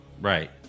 Right